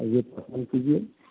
अइयौ पसंद किजिये